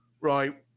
right